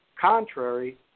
Contrary